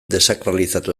desakralizatu